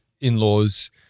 in-laws